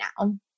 now